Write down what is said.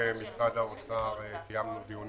קיימנו דיונים